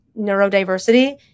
neurodiversity